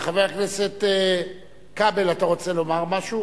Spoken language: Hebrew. חבר הכנסת כבל, אתה רוצה לומר משהו?